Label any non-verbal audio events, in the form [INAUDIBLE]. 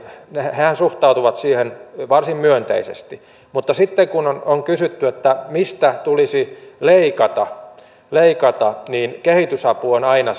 hehän suhtautuvat siihen varsin myönteisesti mutta sitten kun on on kysytty mistä tulisi leikata leikata niin kehitysapu on aina [UNINTELLIGIBLE]